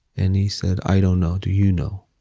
and he said, i don't know. do you know?